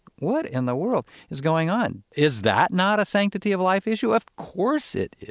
what in the world is going on? is that not a sanctity of life issue? of course it is!